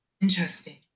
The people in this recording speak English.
Interesting